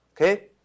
Okay